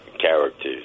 characters